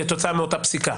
כתוצאה מאותה פסיקה.